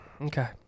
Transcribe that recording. Okay